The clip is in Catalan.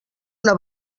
una